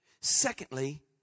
Secondly